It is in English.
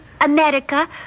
America